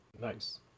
Nice